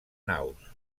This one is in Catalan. naus